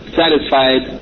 satisfied